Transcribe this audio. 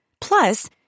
plus